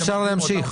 אפשר להמשיך.